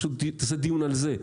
פשוט תעשה דיון על זה.